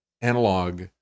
analog